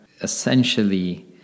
Essentially